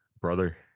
brother